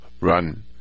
run